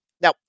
Now